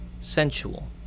sensual